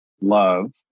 love